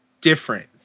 different